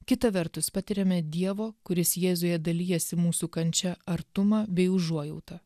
kita vertus patiriame dievo kuris jėzuje dalijasi mūsų kančia artumą bei užuojautą